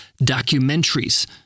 documentaries